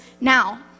now